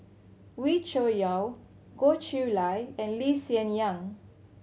Wee Cho Yaw Goh Chiew Lye and Lee Hsien Yang